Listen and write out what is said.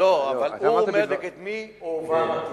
אבל הוא אומר, נגד מי הועבר התיק.